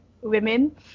women